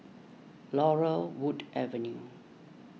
Laurel Wood Avenue